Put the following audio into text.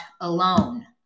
alone